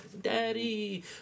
Daddy